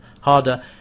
harder